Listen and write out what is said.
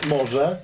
Może